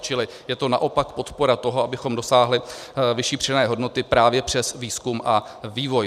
Čili je to naopak podpora toho, abychom dosáhli vyšší přidané hodnoty právě přes výzkum a vývoj.